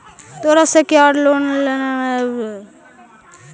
तोरा secured loan लेने के जरूरत न हो, हम तोर मदद कर देबो